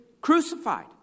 crucified